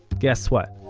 guess what!